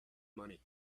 money